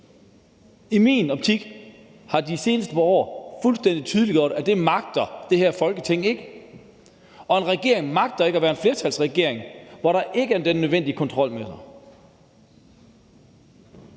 I min optik har de seneste par år fuldstændig tydeliggjort, at det her Folketing ikke magter det, og at en regering ikke magter at være en flertalsregering, hvor der ikke er den nødvendige kontrol med den.